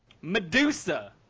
Medusa